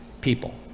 people